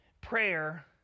prayer